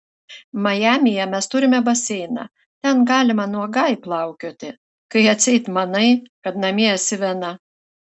majamyje mes turime baseiną ten galima nuogai plaukioti kai atseit manai kad namie esi viena